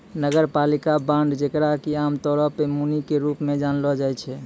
नगरपालिका बांड जेकरा कि आमतौरो पे मुनि के रूप मे जानलो जाय छै